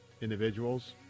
individuals